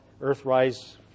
Earthrise